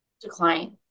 decline